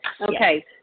Okay